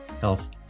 health